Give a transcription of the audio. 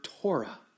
Torah